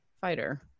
Fighter